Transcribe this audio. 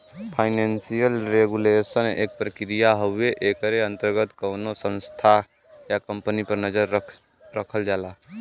financial regulation एक प्रक्रिया हउवे एकरे अंतर्गत कउनो संस्था या कम्पनी पर नजर रखल जाला